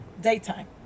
Daytime